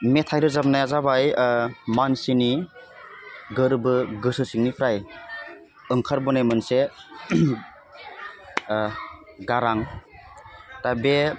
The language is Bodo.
मेथाइ रोजाबनाया जाबाय मानसिनि गोरबो गोसो सिंनिफ्राय ओंखारबोनाय मोनसे गारां दा बे